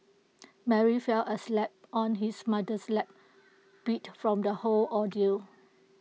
Mary fell asleep on his mother's lap beat from the whole ordeal